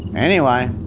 anyway,